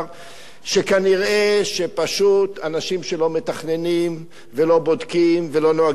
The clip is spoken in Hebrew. שכנראה פשוט כשאנשים לא מתכננים ולא בודקים ולא נוהגים באחריות,